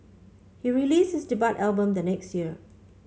he released this debut album the next year